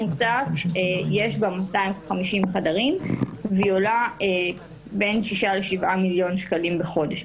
ממוצעת יש 250 חדרים והיא עולה בין 6 ל-7 מיליון שקלים בחודש.